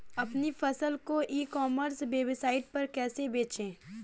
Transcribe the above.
अपनी फसल को ई कॉमर्स वेबसाइट पर कैसे बेचें?